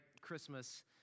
Christmas